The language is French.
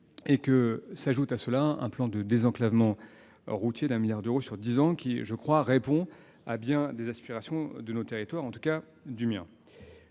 auquel s'ajoute un plan de désenclavement routier de 1 milliard d'euros sur dix ans qui répond à bien des aspirations de nos territoires, en tout cas du mien.